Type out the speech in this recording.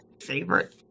favorite